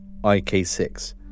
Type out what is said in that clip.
IK6